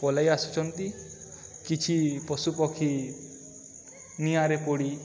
ପଳାଇ ଆସୁଛନ୍ତି କିଛି ପଶୁପକ୍ଷୀ ନିଆଁରେ ପୋଡ଼ି